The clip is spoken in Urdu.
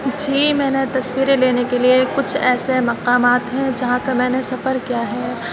جی میں نے تصویریں لینے کے لیے کچھ ایسے مقامات ہیں جہاں کا میں نے سفر کیا ہے